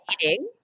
eating